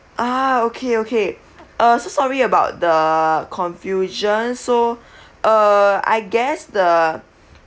ah okay okay uh so sorry about the confusion so uh I guess the